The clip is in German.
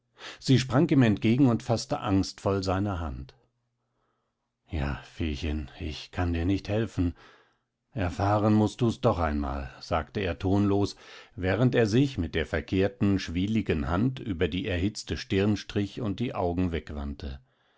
sie sprang ihm entgegen und faßte angstvoll seine hand ja feechen ich kann dir nicht helfen erfahren mußt du's doch einmal sagte er tonlos während er sich mit der verkehrten schwieligen hand über die erhitzte stirn strich und die augen wegwandte